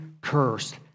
cursed